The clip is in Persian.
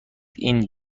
این